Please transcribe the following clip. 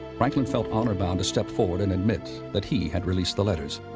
franklin felt honor-bound to step forward and admit that he had released the letters.